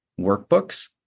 workbooks